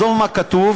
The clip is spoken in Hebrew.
זה מה שכתוב,